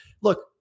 look